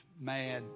mad